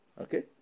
Okay